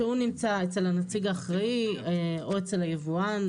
שהוא נמצא אצל הנציג האחראי או אצל היבואן,